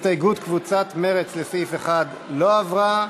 הסתייגות קבוצת מרצ לסעיף 1 לא עברה.